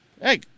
Hey